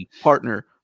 partner